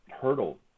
hurdle